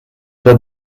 pas